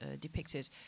depicted